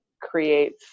creates